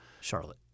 Charlotte